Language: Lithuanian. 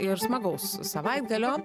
ir smagaus savaitgalio